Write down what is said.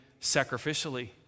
sacrificially